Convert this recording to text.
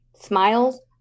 smiles